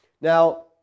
Now